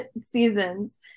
seasons